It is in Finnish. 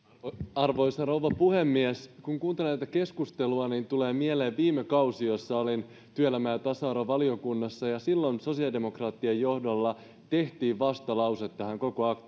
arvoisa rouva puhemies kun kuuntelee tätä keskustelua niin tulee mieleen viime kausi jolloin olin työelämä ja tasa arvovaliokunnassa ja silloin sosiaalidemokraattien johdolla tehtiin vastalause tähän koko